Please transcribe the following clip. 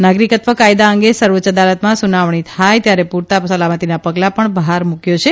નાગરિકત્વ કાયદા અંગે સર્વોચ્ય અદાલતમાં સુનાવણી થાય ત્યારે પૂરતાં સલામતિના પગલાં પણ પણ ભાર મૂકાયો છે